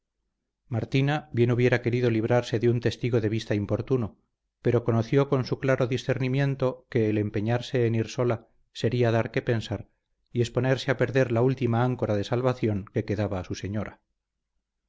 martina bien hubiera querido librarse de un testigo de vista importuno pero conoció con su claro discernimiento que el empeñarse en ir sola sería dar que pensar y exponerse a perder la última áncora de salvación que quedaba a su señora